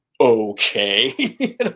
okay